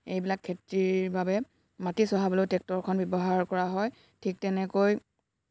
এইবিলাক খেতিৰ বাবে মাটি চহাবলৈও ট্ৰেক্টৰখন ব্যৱহাৰ কৰা হয় ঠিক তেনেকৈ